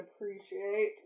appreciate